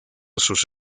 sus